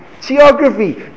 Geography